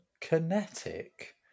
Kinetic